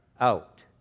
out